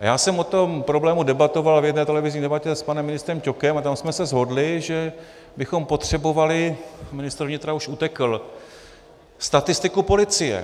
Ale já jsem o tom problému debatoval v jedné televizní debatě s panem ministrem Ťokem a tam jsme se shodli, že bychom potřebovali ministr vnitra už utekl statistiku policie.